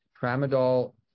tramadol